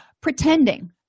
pretending